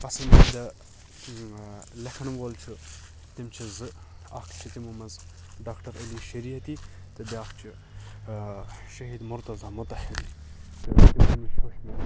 پَسَنٛدیٖدہ لیٚکھَن وول چھُ تِم چھِ زٕ اکھ چھُ تِمو مَنٛز ڈاکٹَر علی شریعتی تہٕ بیاکھ چھ شہیٖد مُرتضیٰ مُطَہری